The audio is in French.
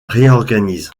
réorganise